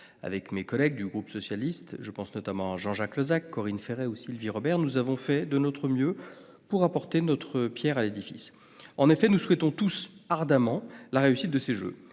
Avec mes collègues du groupe socialiste- je pense notamment à Jean-Jacques Lozach, Corinne Féret ou Sylvie Robert -, nous avons fait de notre mieux pour apporter notre pierre à l'édifice. En effet, nous souhaitons tous ardemment la réussite de ces Jeux,